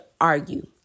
argue